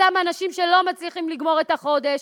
אותם אנשים שלא מצליחים לגמור את החודש.